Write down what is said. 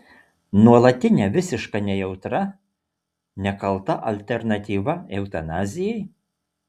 nuolatinė visiška nejautra nekalta alternatyva eutanazijai